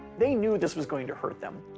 they knew this was going to hurt them.